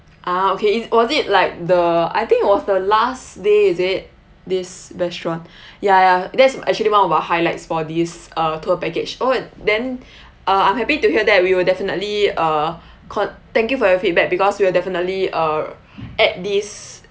ah okay it was it like the I think it was the last day is it this restaurant yeah yeah that's actually one of our highlights for these uh tour package oh then uh I'm happy to hear that we will definitely uh con~ thank you for your feedback because we will definitely uh add this